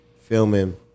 filming